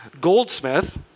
goldsmith